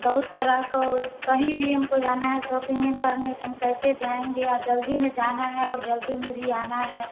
बहुत तरह को कहीं भी हम को जाना है शॉपिंग करने तो हम कैसे जाएँगे जल्दी में जाना है और जल्दी में भी आना है